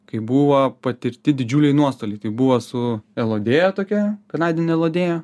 kai buvo patirti didžiuliai nuostoliai tai buvo su elodėja tokia kanadine elodėja